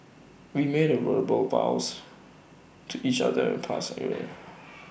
we made A verbal vows to each other in past area